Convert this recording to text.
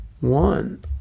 one